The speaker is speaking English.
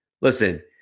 Listen